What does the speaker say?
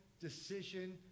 decision